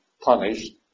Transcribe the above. punished